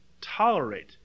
tolerate